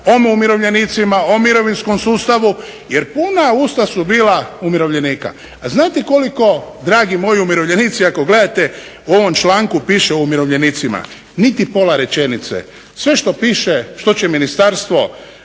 o umirovljenicima, o mirovinskom sustavu, jer puna usta su bila umirovljenika. A znate koliko dragi moji umirovljenici ako gledate u ovom članku piše o umirovljenicima? Niti pola rečenice. Sve što piše što će ministarstvo